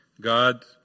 God